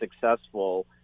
successful